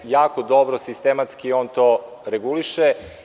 Jako dobro sistematski on to reguliše.